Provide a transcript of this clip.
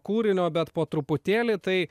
kūrinio bet po truputėlį tai